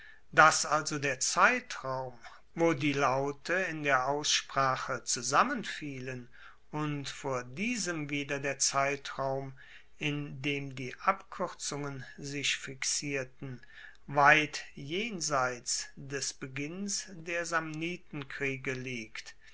dass also der zeitraum wo die laute in der aussprache zusammenfielen und vor diesem wieder der zeitraum in dem die abkuerzungen sich fixierten weit jenseits des beginns der samnitenkriege liegt